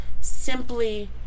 simply